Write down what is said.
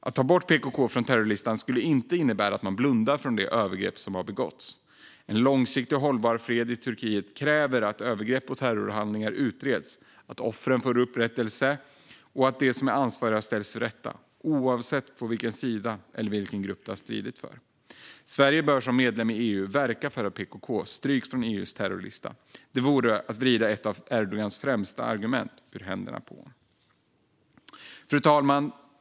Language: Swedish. Att ta bort PKK från terrorlistan skulle inte innebära att man blundar för de övergrepp som har begåtts. En långsiktig och hållbar fred i Turkiet kräver att övergrepp och terrorhandlingar utreds, att offren får upprättelse och att de ansvariga ställs inför rätta, oavsett vilken sida de står på eller vilken grupp de har stridit för. Sverige bör som medlem i EU verka för att PKK stryks från EU:s terrorlista. Det vore att vrida ett av Erdogans främsta argument ur händerna på honom. Fru talman!